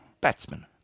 Batsman